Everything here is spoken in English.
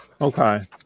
Okay